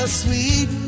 sweet